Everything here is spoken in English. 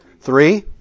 Three